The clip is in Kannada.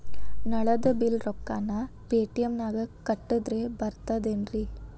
ನಳದ್ ಬಿಲ್ ರೊಕ್ಕನಾ ಪೇಟಿಎಂ ನಾಗ ಕಟ್ಟದ್ರೆ ಬರ್ತಾದೇನ್ರಿ?